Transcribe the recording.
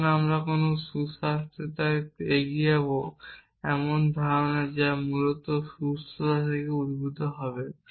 যখন আমরা সুস্বাস্থ্যের সাথে টাই এগিয়ে যাব এমন একটি ধারণা যা মূলত সুস্থতা থেকে উদ্ভূত হবে